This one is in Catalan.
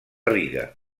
riga